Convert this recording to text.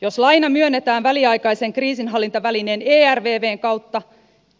jos laina myönnetään väliaikaisen kriisinhallintavälineen ervvn kautta